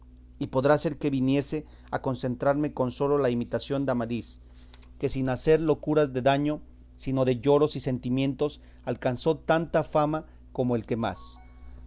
y podrá ser que viniese a contentarme con sola la imitación de amadís que sin hacer locuras de daño sino de lloros y sentimientos alcanzó tanta fama como el que más